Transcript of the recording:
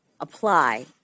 apply